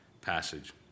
passage